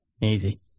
Easy